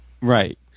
Right